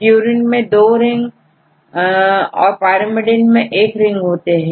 Purine मैं दो ring औरpyrimidine मैं एक रिंग होती है